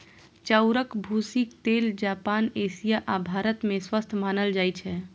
चाउरक भूसीक तेल जापान, एशिया आ भारत मे स्वस्थ मानल जाइ छै